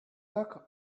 look